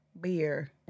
Beer